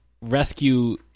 rescue